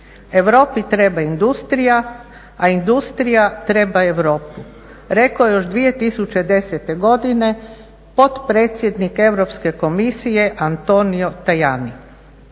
Europi treba industrija, a industrija treba Europu rekao je još 2010. godine potpredsjednik Europske komisije Antonio Tajani.